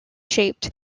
shaped